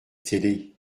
télé